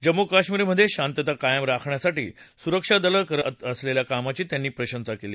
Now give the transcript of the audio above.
जम्मू कश्मीरमधे शांतता कायम राखण्यासाठी सुरक्षा दलं करत असलेल्या कामाची त्यांनी प्रशंसा केली